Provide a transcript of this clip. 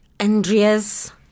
Andreas